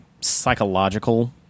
psychological